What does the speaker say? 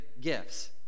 gifts